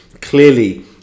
clearly